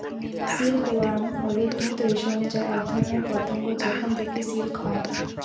silk worm হল তুঁত রেশম যা এক ধরনের পতঙ্গ যেখান থেকে সিল্ক হয়